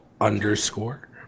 underscore